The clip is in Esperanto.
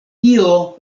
tio